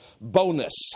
bonus